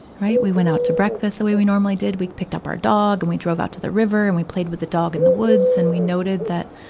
right. we went out to breakfast the way we normally did. we picked up our dog and we drove out to the river. and we played with the dog in the woods. and we noted that,